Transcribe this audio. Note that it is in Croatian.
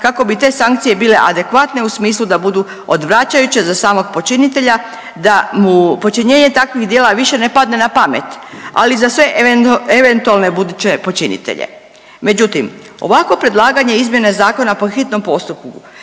kako bi te sankcije bile adekvatne u smislu da budu odvraćajuće za samog počinitelja da mu počinjenje takvih djela više ne padne na pamet, ali za sve eventualne buduće počinitelje. Međutim, ovako predlaganje izmjene zakona po hitnom postupku